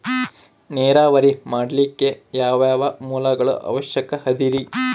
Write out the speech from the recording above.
ನೇರಾವರಿ ಮಾಡಲಿಕ್ಕೆ ಯಾವ್ಯಾವ ಮೂಲಗಳ ಅವಶ್ಯಕ ಅದರಿ?